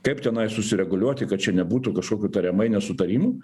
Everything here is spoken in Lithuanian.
kaip tenai susireguliuoti kad čia nebūtų kažkokių tariamai nesutarimų